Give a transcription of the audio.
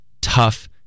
tough